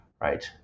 Right